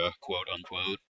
quote-unquote